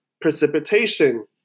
Precipitation